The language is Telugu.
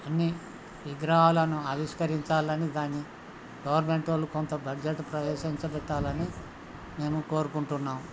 అన్ని విగ్రహాలను ఆవిష్కరించాలని దాని గవర్నమెంట్ వాళ్ళు కొంత బడ్జెట్ ప్రవేశపెట్టాలని మేము కోరుకుంటున్నాం